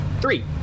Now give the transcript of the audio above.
three